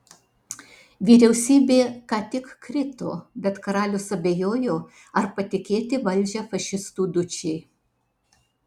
vyriausybė ką tik krito bet karalius abejojo ar patikėti valdžią fašistų dučei